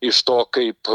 iš to kaip